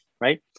right